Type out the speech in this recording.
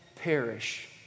perish